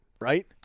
right